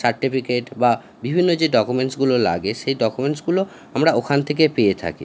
certificate বা বিভিন্ন যে ডকুমেন্টসগুলো লাগে সেই ডকুমেন্টসগুলো আমরা ওখান থেকে পেয়ে থাকি